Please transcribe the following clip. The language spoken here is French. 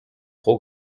trop